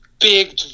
Big